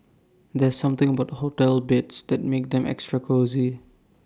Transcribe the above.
there's something about hotel beds that makes them extra cosy